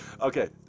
Okay